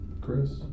Chris